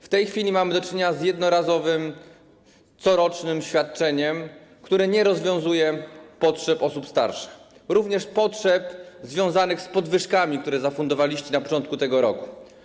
W tej chwili mamy do czynienia z jednorazowym corocznym świadczeniem, które nie zaspokaja potrzeb osób starszych, również potrzeb związanych z podwyżkami, które zafundowaliście na początku tego roku.